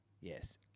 Yes